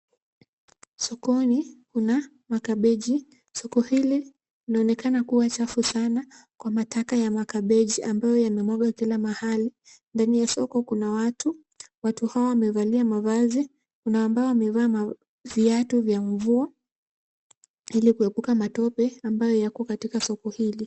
Sokoni kuna ma cabbage . Soko hili linaonekana kuwa chafu sana kwa mataka ya ma cabbage ambayo yanamwagwa kila mahali. Ndani ya soko kuna watu. Watu hawa wamevalia mavazi. Kuna ambao wamevaa ma, viatu vya mvua, ili kuepuka matope ambayo yako katika soko hili.